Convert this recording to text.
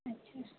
अच्छा